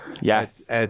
Yes